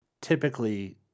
typically